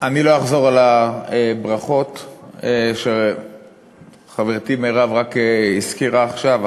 אני לא אחזור על הברכות שחברתי מרב רק הזכירה עכשיו.